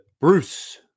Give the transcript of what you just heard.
Bruce